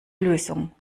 lösung